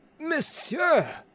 Monsieur